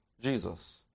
Jesus